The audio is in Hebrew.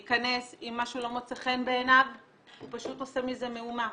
אם משהו לא מוצא חן בעיניו הוא פשוט עושה מזה מהומה.